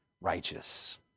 righteous